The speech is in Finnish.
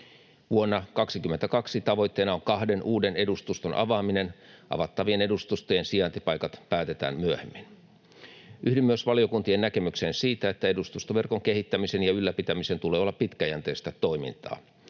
Vuonna 22 tavoitteena on kahden uuden edustuston avaaminen; avattavien edustustojen sijaintipaikat päätetään myöhemmin. Yhdyn myös valiokuntien näkemykseen siitä, että edustustoverkon kehittämisen ja ylläpitämisen tulee olla pitkäjänteistä toimintaa.